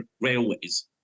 railways